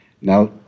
Now